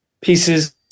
pieces